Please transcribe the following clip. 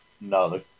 No